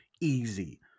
easy